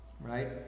right